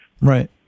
Right